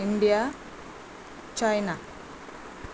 India China